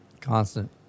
constant